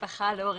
בבקשה.